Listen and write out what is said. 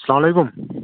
اَسلامُ علیکُم